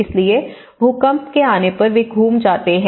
इसलिए भूकंप के आने पर वे घूम जाते हैं